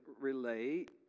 relate